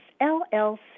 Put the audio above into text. LLC